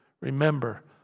Remember